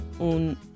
un